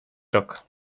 rok